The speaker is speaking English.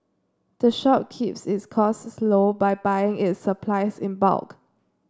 the shop keeps its costs low by buying its supplies in bulk